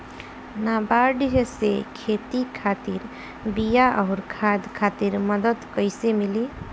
नाबार्ड से खेती खातिर बीया आउर खाद खातिर मदद कइसे मिली?